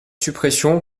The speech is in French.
suppression